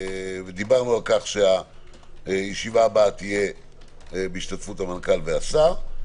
דיברנו על כך שהישיבה הבאה תהיה בהשתתפות המנכ"ל והשר,